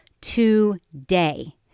today